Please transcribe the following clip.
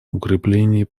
укреплении